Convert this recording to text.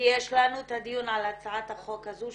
יש לנו את הדיון על הצעת החוק הזאת.